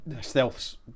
Stealth's